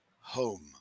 home